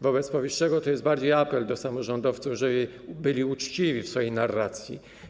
Wobec powyższego to jest apel bardziej do samorządowców, żeby byli uczciwi w swojej narracji.